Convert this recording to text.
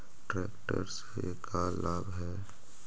Tractor से का लाभ है?